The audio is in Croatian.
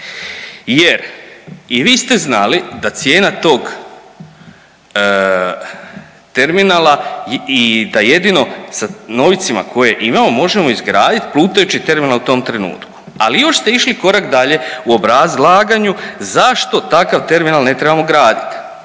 Jer i vi ste znali da cijena tog terminala i da jedino sa novcima koje imamo može izgraditi plutajući terminal u tom trenutku. Ali još ste išli korak dalje u obrazlaganju zašto takav terminal ne trebamo graditi.